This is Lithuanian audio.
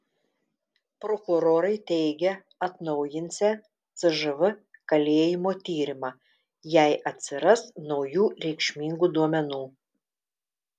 prokurorai teigia atnaujinsią cžv kalėjimo tyrimą jei atsiras naujų reikšmingų duomenų